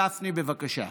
חבר הכנסת גפני, בבקשה.